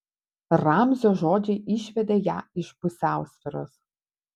ramzio žodžiai išvedė ją iš pusiausvyros